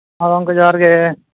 ᱦᱮᱸ ᱜᱚᱢᱠᱮ ᱡᱚᱦᱟᱨ ᱜᱮ